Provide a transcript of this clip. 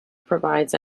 provides